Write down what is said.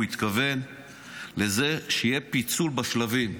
הוא התכוון לזה שיהיה פיצול בשלבים.